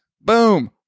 boom